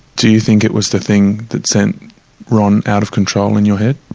do you think it was the thing that sent ron out of control in your head?